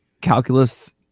calculus